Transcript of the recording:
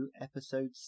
Episode